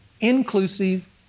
inclusive